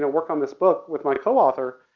and work on this book with my co-author,